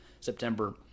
September